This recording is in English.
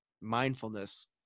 mindfulness